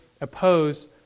oppose